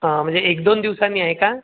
हा म्हणजे एक दोन दिवसांनी आहे का